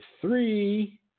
three